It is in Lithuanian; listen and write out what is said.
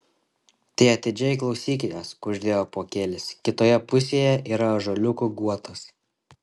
tai atidžiai klausykitės kuždėjo apuokėlis kitoje pusėje yra ąžuoliukų guotas